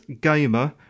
gamer